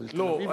לא,